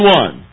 one